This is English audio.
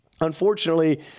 unfortunately